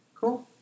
Cool